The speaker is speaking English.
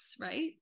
right